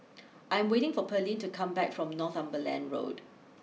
I'm waiting for Pearlene to come back from Northumberland Road